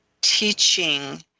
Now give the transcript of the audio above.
teaching